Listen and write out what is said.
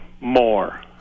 more